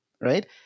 right